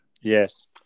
Yes